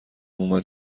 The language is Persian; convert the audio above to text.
اومد